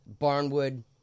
barnwood